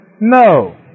No